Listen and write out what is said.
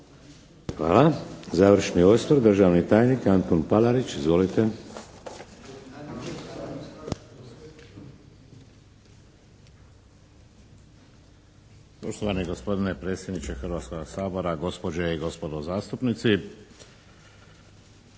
Hvala. Završni osvrt, državni tajnik Antu Palarić. Izvolite.